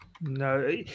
No